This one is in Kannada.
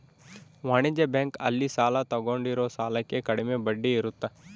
ವಾಣಿಜ್ಯ ಬ್ಯಾಂಕ್ ಅಲ್ಲಿ ಸಾಲ ತಗೊಂಡಿರೋ ಸಾಲಕ್ಕೆ ಕಡಮೆ ಬಡ್ಡಿ ಇರುತ್ತ